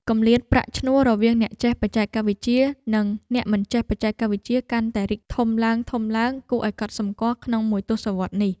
គម្លាតប្រាក់ឈ្នួលរវាងអ្នកចេះបច្ចេកវិទ្យានិងអ្នកមិនចេះបច្ចេកវិទ្យាកាន់តែរីកធំឡើងៗគួរឱ្យកត់សម្គាល់ក្នុងមួយទសវត្សរ៍នេះ។